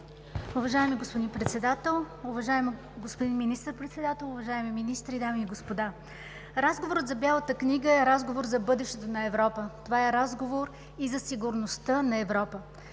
Уважаеми господин Председател, уважаеми господин Министър-председател, уважаеми министри, дами и господа! Разговорът за Бялата книга е разговор за бъдещето на Европа. Това е разговор и за сигурността на Европа.